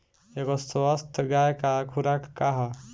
एगो स्वस्थ गाय क खुराक का ह?